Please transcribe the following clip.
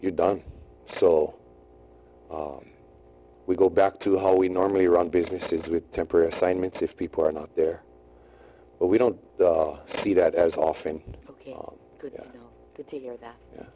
you're done so we go back to how we normally run businesses with temporary assignment if people are not there but we don't see that as often